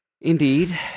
Indeed